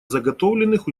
заготовленных